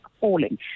falling